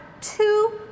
two